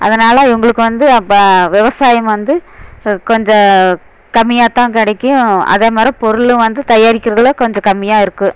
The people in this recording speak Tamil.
அதனால் இவங்களுக்கு வந்து அப்போ விவசாயம் வந்து கொஞ்சம் கம்மியாகத்தான் கிடைக்கும் அதே மாதிரி பொருளும் வந்து தயாரிக்கிறதுல கொஞ்சம் கம்மியாக இருக்கு